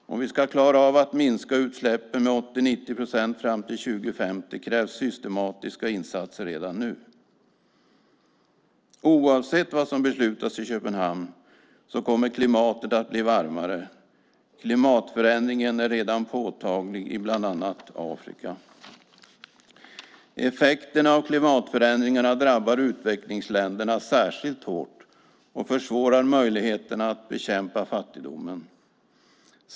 Om vi ska klara av att minska utsläppen med 80-90 procent fram till 2050 krävs systematiska insatser redan nu. Oavsett vad som beslutas i Köpenhamn kommer klimatet att bli varmare. Klimatförändringen är redan påtaglig i bland annat Afrika. Effekterna av klimatförändringarna drabbar utvecklingsländerna särskilt hårt och försvårar möjligheterna att bekämpa fattigdomen.